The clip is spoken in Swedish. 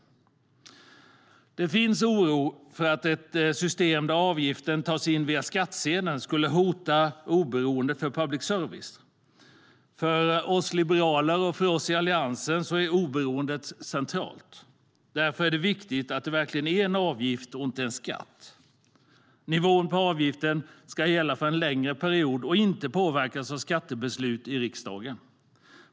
Det finns oro för att ett system där avgiften tas in via skattsedeln skulle hota oberoendet för public service. För oss liberaler och för oss i Alliansen är oberoendet centralt. Därför är det viktigt att det verkligen är en avgift och inte en skatt. Nivån på avgiften ska gälla för en längre period och inte påverkas av skattebeslut i riksdagen.